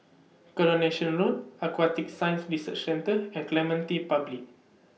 Coronation Road Aquatic Science Research Centre and Clementi Public